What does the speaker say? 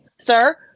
sir